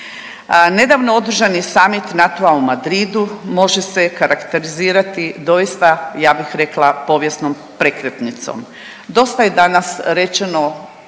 Nedavno održani summit NATO-a u Madridu može se karakterizirati doista, ja bih rekla povijesnom prekretnicom. Dosta je danas rečeno